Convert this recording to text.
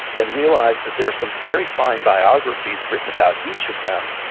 and realized that there are some very fine biographies written about each of them.